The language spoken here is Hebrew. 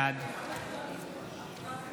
בעד